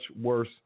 worse